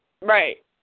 Right